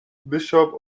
bishop